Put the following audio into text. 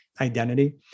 identity